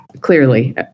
clearly